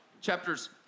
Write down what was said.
chapters